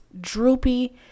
droopy